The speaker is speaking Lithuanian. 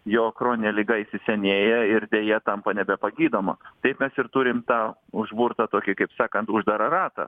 jo chroninė liga įsisenėja ir deja tampa nebepagydoma taip mes ir turim tą užburtą tokį kaip sakant uždarą ratą